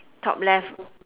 top left